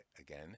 again